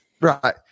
Right